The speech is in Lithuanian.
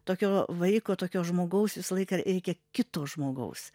tokio vaiko tokio žmogaus visą laiką reikia kito žmogaus